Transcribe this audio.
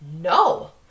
No